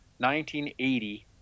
1980